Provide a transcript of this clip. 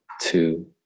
two